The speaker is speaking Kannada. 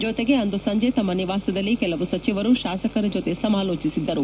ಜೊತೆಗೆ ಅಂದು ಸಂಜೆ ತಮ್ಮ ನಿವಾಸದಲ್ಲಿ ಕೆಲವು ಸಚಿವರು ಶಾಸಕರ ಜೊತೆ ಸಮಾಲೋಚಿಸಿದ್ದರು